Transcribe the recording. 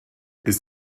ist